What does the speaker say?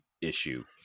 issue